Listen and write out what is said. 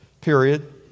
period